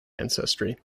ancestry